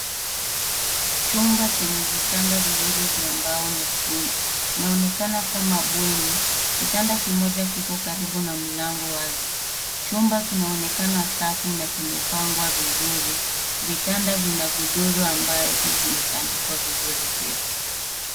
Chumba chenye vitanda viwili vya mbao na chuma. Inaonekana kama bweni, kitanda kimoja kipo karibu na mlango wazi. Chumba kinaonekana safi na kimepangwa vizuri. Vitanda vina godoro ambazo zimetandikwa vizuri pia.